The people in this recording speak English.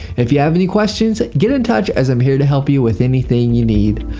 if you have any questions, get in touch as i'm here to help you with anything you need.